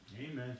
Amen